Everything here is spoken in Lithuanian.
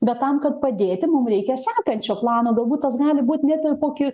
bet tam kad padėti mum reikia sekančio plano galbūt tas gali būt net ir kokį